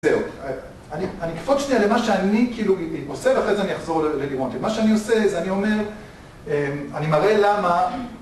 זהו, אני קפוץ שנייה למה שאני כאילו עושה ואחרי זה אני אחזור ללימונטים. מה שאני עושה, זה אני אומר, אני מראה למה...